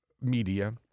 media